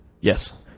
Yes